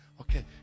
Okay